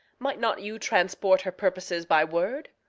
might not you transport her purposes by word?